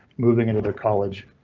moving into their college.